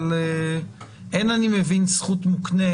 אבל אין אני מבין זכות מוקנית.